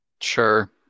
Sure